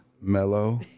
mellow